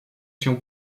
się